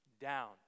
down